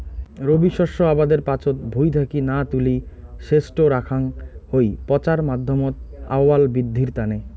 রবি শস্য আবাদের পাচত ভুঁই থাকি না তুলি সেজটো রাখাং হই পচার মাধ্যমত আউয়াল বিদ্ধির তানে